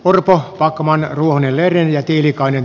urpo alkamaan uudelleen ja tiilikainen